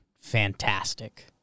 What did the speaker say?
fantastic